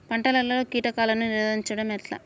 పంటలలో కీటకాలను నిరోధించడం ఎట్లా?